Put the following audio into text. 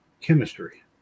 chemistry